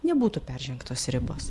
nebūtų peržengtos ribos